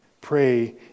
Pray